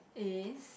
is